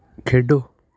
ਖੇਡੋ